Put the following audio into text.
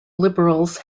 liberals